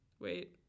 Wait